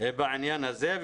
בעניין הזה,